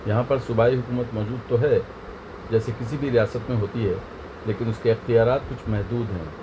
یہاں پر صوبائی حکومت موجود تو ہے جیسے کسی بھی ریاست میں ہوتی ہے لیکن اس کے اختیارات کچھ محدود ہیں